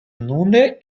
nune